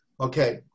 Okay